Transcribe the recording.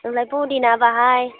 ओमफ्राय पुदिना बाहाय